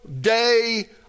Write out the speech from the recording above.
day